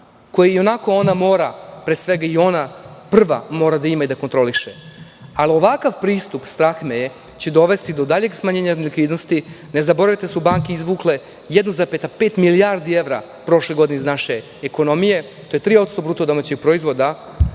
koje i onako ona mora, pre svega ona prva mora da ima i da kontroliše. Ali, ovakav pristup, strah me je, dovešće do daljeg smanjenja nelikvidnosti. Ne zaboravite da su banke izvukle 1,5 milijardi evra prošle godine iz naše ekonomije, a to je 3% BDP. Ako se ovako